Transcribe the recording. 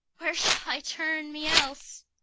where shall i turn me else?